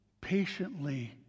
patiently